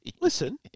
listen